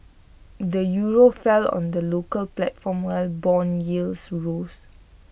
the euro fell on the local platform while Bond yields rose